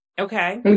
okay